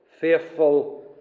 Faithful